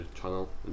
channel